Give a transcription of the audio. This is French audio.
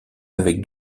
avec